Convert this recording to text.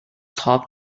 top